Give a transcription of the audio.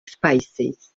species